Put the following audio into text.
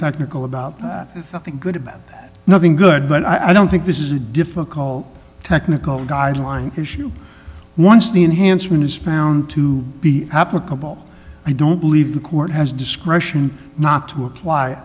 technical about that it's nothing good about that nothing good but i don't think this is a difficult technical guideline issue once the enhancement is found to be applicable i don't believe the court has discretion not to apply